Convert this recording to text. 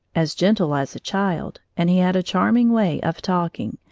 as gentle as a child, and he had a charming way of talking,